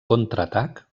contraatac